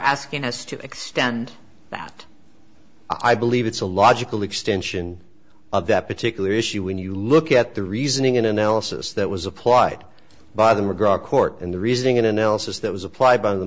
asking us to extend that i believe it's a logical extension of that particular issue when you look at the reasoning and analysis that was applied by the mcgraw court and the reasoning and analysis that was applied by the